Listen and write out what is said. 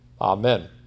amen